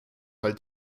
halt